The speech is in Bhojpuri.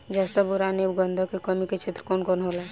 जस्ता बोरान ऐब गंधक के कमी के क्षेत्र कौन कौनहोला?